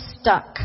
stuck